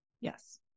Yes